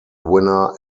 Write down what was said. winner